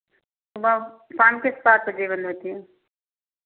सुबह शाम के सात बजे बंद होती है